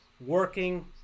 working